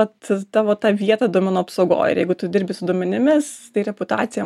vat tavo ta vietą duomenų apsaugoj ir jeigu tu dirbi su duomenimis tai reputacija